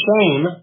shame